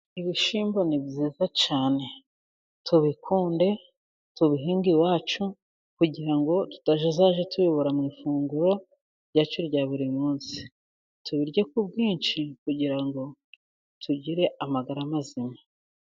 Ibishyimbo ni byiza cyane tubikunde, tubihinge iwacu, kugira ngo tutazajya tubibura mu ifunguro ryacu rya buri munsi ,tubirye ku bwinshi kugira ngo tugire amagara mazima.